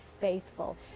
faithful